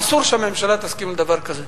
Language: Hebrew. אסור שהממשלה תסכים לדבר כזה.